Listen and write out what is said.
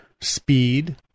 speed